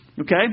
Okay